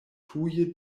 tuje